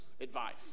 advice